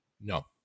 No